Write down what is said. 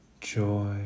joy